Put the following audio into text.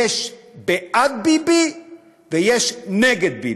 יש בעד ביבי ויש נגד ביבי,